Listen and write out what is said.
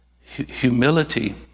Humility